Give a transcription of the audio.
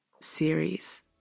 series